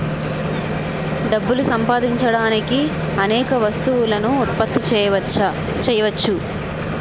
డబ్బులు సంపాదించడానికి అనేక వస్తువులను ఉత్పత్తి చేయవచ్చు